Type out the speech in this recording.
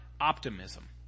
optimism